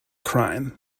crime